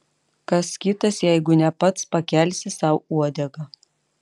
kas kitas jeigu ne pats pakelsi sau uodegą